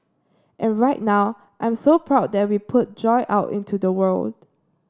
and right now I'm so proud that we put joy out into the world